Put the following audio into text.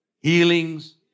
healings